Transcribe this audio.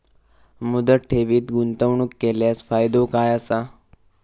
मुदत ठेवीत गुंतवणूक केल्यास फायदो काय आसा?